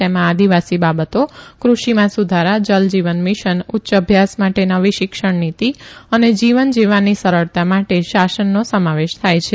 તેમાં આદિવાસી બાબતો ક્રષિમાં સુધારા જલ જીવન મિશન ઉચ્ચ અભ્યાસ માટે નવી શિક્ષણ નિતિ અને જીવન જીવવાની સરળતા માટે શાસનનો સમાવેશ થાય છે